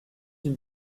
une